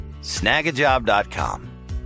Snagajob.com